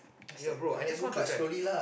yeah bro I just want to try